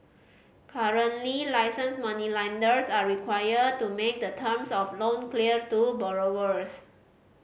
currently licensed moneylenders are required to make the terms of loan clear to borrowers